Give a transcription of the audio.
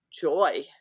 joy